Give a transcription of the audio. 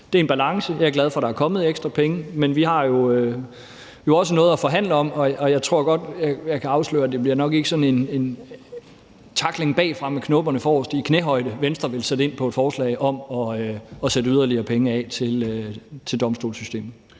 Det er en balance, og jeg er glad for, at der er kommet ekstra penge, men vi har jo også noget at forhandle om, og jeg tror godt, jeg kan afsløre, at det nok ikke bliver sådan en tackling bagfra med knopperne forrest i knæhøjde, som Venstre vil sætte ind på et forslag om at sætte yderligere penge af til domstolssystemet.